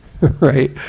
right